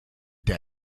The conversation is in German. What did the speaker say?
der